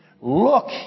Look